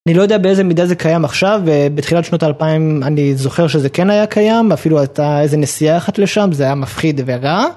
אני לא יודע באיזה מידה זה קיים עכשיו ובתחילת שנות 2000 אני זוכר שזה כן היה קיים אפילו הייתה איזה נסיעה אחת לשם זה היה מפחיד ורע.